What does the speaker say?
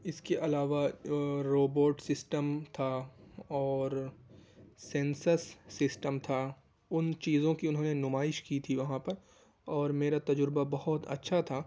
اس کے علاوہ robot system تھا اور سینسس سسٹم تھا ان چیزوں کی انہوں نے نمائش کی تھی وہاں پر اور میرا تجربہ بہت اچّھا تھا